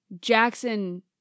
Jackson